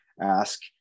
Ask